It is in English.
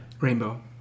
Rainbow